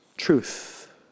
Truth